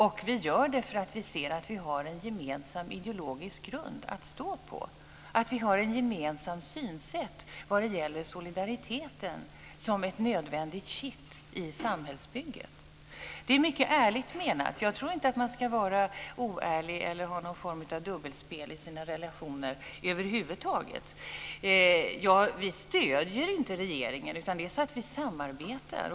Och vi gör det för att vi ser att vi har en gemensam ideologisk grund att stå på, att vi har ett gemensamt synsätt när det gäller solidariteten som ett nödvändigt kitt i samhällsbygget. Det är mycket ärligt menat. Jag tror inte att man ska vara oärlig eller ha någon form av dubbelspel i sina relationer över huvud taget. Vi stöder inte regeringen, utan vi samarbetar.